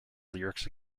lyrics